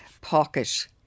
pocket